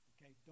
Okay